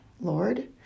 Lord